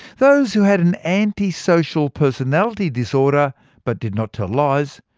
those who had an antisocial personality disorder but did not tell lies,